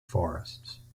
forests